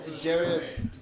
Darius